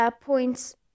points